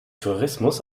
tourismus